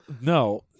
No